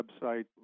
website